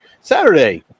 Saturday